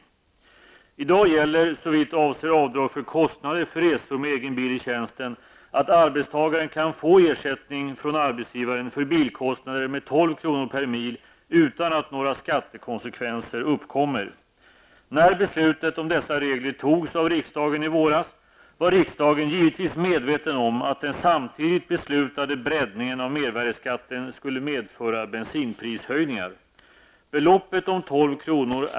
I dag gäller såvitt avser avdrag för kostnader för resor med egen bil i tjänsten att arbetstagaren kan få ersättning från arbetsgivaren för bilkostnader med 12 kr. per mil utan att några skattekonsekvenser uppkommer. När beslutet om dessa regler fattades av riksdagen i våras var riksdagen givetvis medveten om att den samtidigt beslutade breddningen av mervärdeskatten skulle medföra bensinprishöjningar. Beloppet om 12 kr.